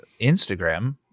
Instagram